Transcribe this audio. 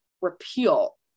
repeal